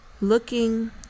looking